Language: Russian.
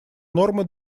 нормы